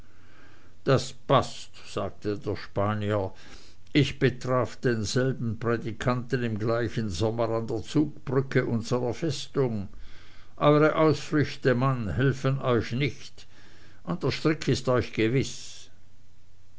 das paßt sagte der spanier ich betraf denselben prädikanten im gleichen sommer an der zugbrücke unserer festung eure ausflüchte mann helfen euch nicht und der strick ist euch gewiß